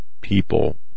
people